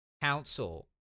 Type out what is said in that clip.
Council